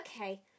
okay